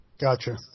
Gotcha